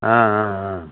ஆ ஆ ஆ